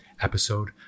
episode